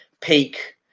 peak